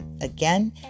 Again